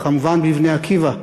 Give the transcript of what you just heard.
וכמובן ב"בני עקיבא",